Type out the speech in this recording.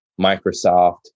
Microsoft